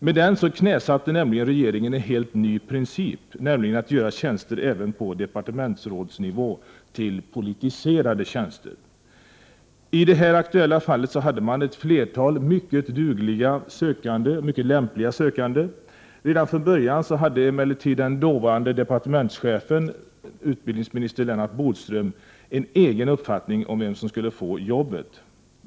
Med den utnämningen knäsatte regeringen en ny princip, nämligen att göra tjänster även på departementsrådsnivå till politiserade tjänster. I det här aktuella fallet hade man ett flertal mycket dugliga och lämpliga sökande. Redan från början hade emellertid den dåvarande departementschefen, utbildningsminister Lennart Bodström, en egen uppfattning om vem som skulle få jobbet.